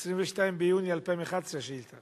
השאילתא